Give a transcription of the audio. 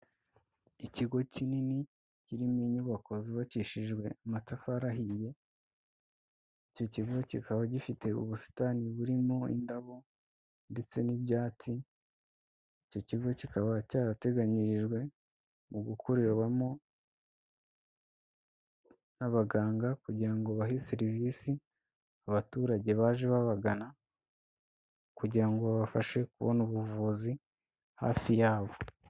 Ikigo kinini kirimo inyubako zubakishijwe amatafari ahiye, icyo kigo kikaba gifite ubusitani burimo indabo ndetse n'ibyatsi, icyo kigo kikaba cyarateganyirijwe mu gukorerwamo n'abaganga kugira ngo bahe serivisi abaturage baje babagana, kugira ngo babafashe kubona ubuvuzi hafi yabo.